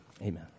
Amen